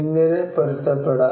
എങ്ങനെ പൊരുത്തപ്പെടാം